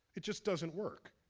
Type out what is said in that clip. it just doesn't work.